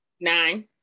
Nine